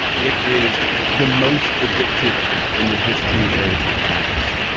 it is the most addictive app in the history of apps.